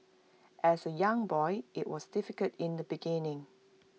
as A young boy IT was difficult in the beginning